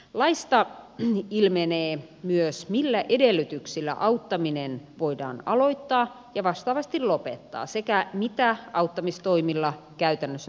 laista ilmenee myös millä edellytyksillä auttaminen voidaan aloittaa ja vastaavasti lopettaa sekä mitä auttamistoimilla käytännössä tarkoitetaan